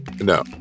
No